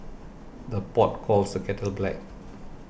the pot calls the kettle black